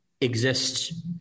exists